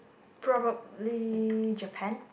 probably Japan